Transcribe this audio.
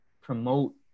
promote